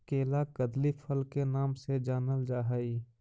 केला कदली फल के नाम से जानल जा हइ